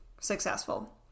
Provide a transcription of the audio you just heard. successful